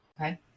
Okay